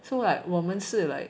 so like 我们是 like